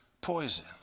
poison